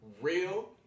real